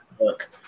look